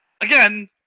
again